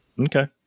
Okay